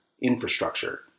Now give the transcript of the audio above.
infrastructure